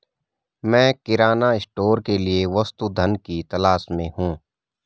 मैं किराना स्टोर के लिए वस्तु धन की तलाश में हूं